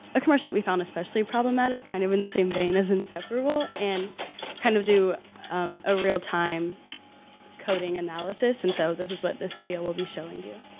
a commercial that we found especially problematic kind of in the same vein as inseparable and kind of do um a real time coding analysis and so this is what this video will be showing you.